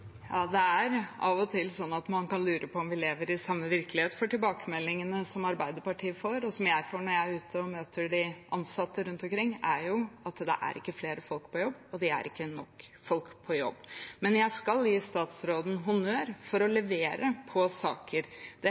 samme virkelighet, for tilbakemeldingene som Arbeiderpartiet får, og som jeg får når jeg er ute og møter de ansatte rundt omkring, er at det ikke er flere folk på jobb, det er ikke nok folk på jobb. Men jeg skal gi statsråden honnør for å levere på saker.